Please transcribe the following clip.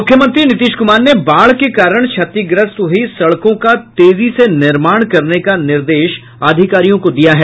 मुख्यमंत्री नीतीश कुमार ने बाढ़ के कारण क्षतिग्रस्त हुई सड़कों का तेजी से निर्माण करने का निर्देश अधिकारियों को दिया है